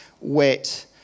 wet